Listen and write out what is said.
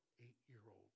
eight-year-old